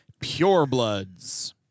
purebloods